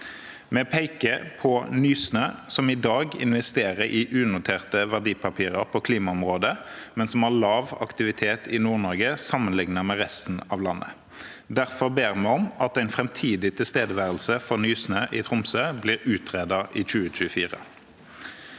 Vi peker på Nysnø, som i dag investerer i unoterte verdipapirer på klimaområdet, men som har lav aktivitet i Nord-Norge sammenlignet med resten av landet. Derfor ber vi om at en framtidig tilstedeværelse for Nysnø i Tromsø blir utredet i 2024.